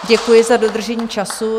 Děkuji za dodržení času.